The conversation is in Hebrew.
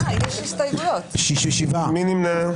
מי נמנע?